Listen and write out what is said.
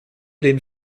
den